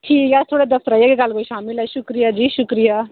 ठीक ऐ थुहाड़े दफ्तर औगे कोई शामीं शुक्रिया जी शुक्रिया